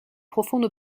profonde